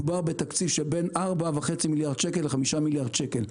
מדובר בתקציב שבין 4.5 מיליארד שקל ל-5 מיליארד שקל.